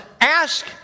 Ask